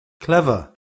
Clever